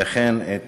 וכן את